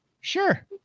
Sure